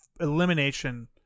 elimination